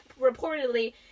reportedly